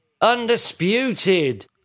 undisputed